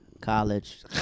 college